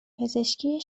پزشکی